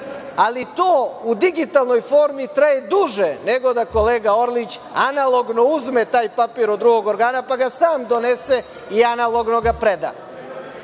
Ali, to u digitalnoj formi traje duže nego da kolega Orlić analogno uzme taj papir od drugog organa, pa ga sam donese i analogno ga preda. Dakle,